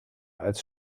als